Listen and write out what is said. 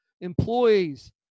employees